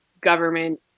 government